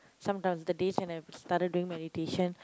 sometimes the days when I started doing meditation